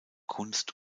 kunst